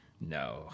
No